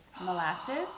molasses